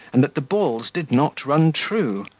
and that the balls did not run true,